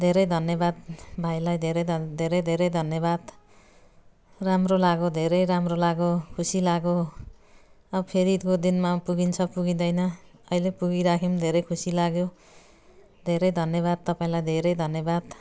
धेरै धन्यवाद भाइलाई धेरै ध धेरै धेरै धन्यवाद राम्रो लाग्यो धेरै राम्रो लाग्यो खुसी लाग्यो अब फेरि त्यो दिनमा पुगिन्छ पुगिँदैन अहिले पुगिराख्यौँ धेरै खुसी लाग्यो धेरै धन्यवाद तपाईँलाई धेरै धन्यवाद